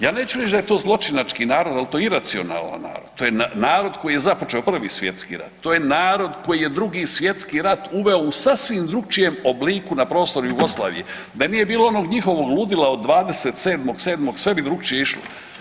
Ja neću reći da je to zločinački narod, ali to je iracionalan narod, to je narod koji je započeo Prvi svjetski rat, to je narod koji je Drugi svjetski rat uveo u sasvim drukčijem obliku na prostor Jugoslavije, da nije bilo onog njihovog ludila od 27.7., sve bi drukčije išlo.